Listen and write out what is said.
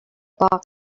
box